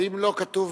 האם לא כתוב